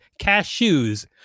cashews